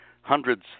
hundreds